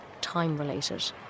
time-related